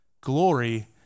Glory